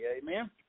Amen